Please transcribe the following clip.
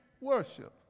worship